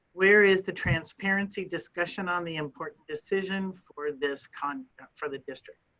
where is the transparency discussion on the important decision for this conduct for the district?